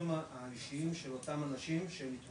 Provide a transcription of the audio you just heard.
בביטוחים האישיים של אותם של אותם אנשים שמתמודדים,